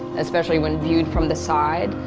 especially when viewed from the side.